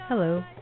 Hello